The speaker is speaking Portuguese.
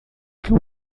que